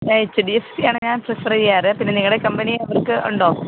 H D F C ആണ് ഞാൻ prefer ചെയ്യാറ് പിന്നെ നിങ്ങളുടെ കമ്പനി അവർക്ക് ഉണ്ടോ